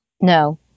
No